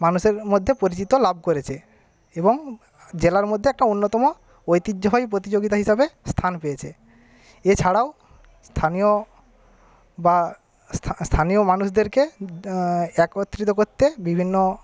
মানুষের মধ্যে পরিচিত লাভ করেছে এবং জেলার মধ্যে একটা অন্যতম ঐতিহ্যবাহী প্রতিযোগিতা হিসাবে স্থান পেয়েছে এছাড়াও স্থানীয় বা স্থানীয় মানুষদেরকে একত্রিত করতে বিভিন্ন